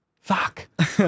Fuck